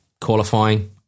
qualifying